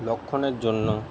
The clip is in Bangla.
লক্ষণের জন্য